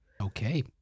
Okay